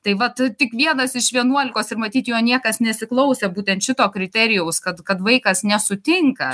tai vat tik vienas iš vienuolikos ir matyt jo niekas nesiklausė būtent šito kriterijaus kad kad vaikas nesutinka